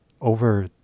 over